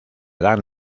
dan